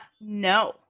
No